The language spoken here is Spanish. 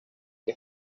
que